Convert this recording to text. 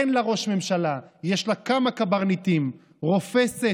אין לה ראש ממשלה, יש לה כמה קברניטים, רופסת,